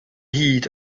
heat